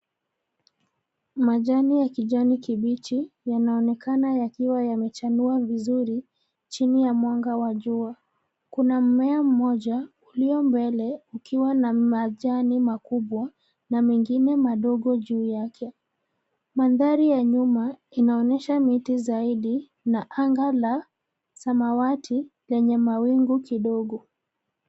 Majani ya kijani kibichi yanaonekana yakiwa yamechanua vizuri chini ya mwanga wa jua. Kuna mmea mmoja ulio mbele ukiwa na majani makubwa na mengine madogo juu yake. Mandhari ya nyuma inaonesha miti zaidi na anga la samawati lenye mawingu kidogo.